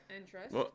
interest